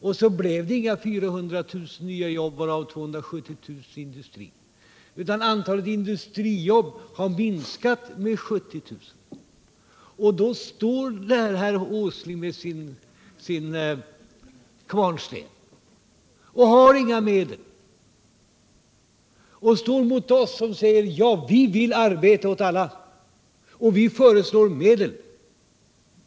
Och så blev det inga 400 000 nya jobb, varav 270 000 i industrin, utan antalet industrijobb har i stället minskat med 70 000. Därför står herr Åsling med sin kvarnsten och har inga medel. Han står mot oss som säger: Ja, vi vill jobb åt alla — och vi föreslår medel.